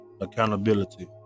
accountability